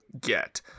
get